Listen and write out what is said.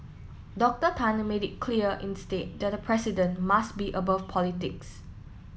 Doctor Tan made it clear instead that the president must be above politics